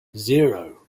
zero